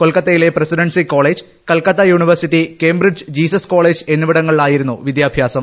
കൊൽക്കത്തയിലെ presidency college Calcutta university കേംബ്രജിലെ Jesus college എന്നിവിടങ്ങളിലായിരുന്നു വിദ്യാഭ്യാസം